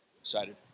Excited